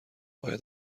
آیا